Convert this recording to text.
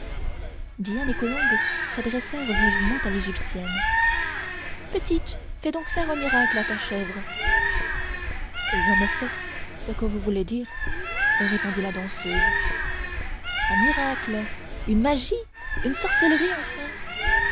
diane et colombe s'adressèrent vivement à l'égyptienne petite fais donc faire un miracle à ta chèvre je ne sais ce que vous voulez dire répondit la danseuse un miracle une magie une sorcellerie enfin